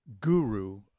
guru